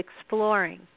exploring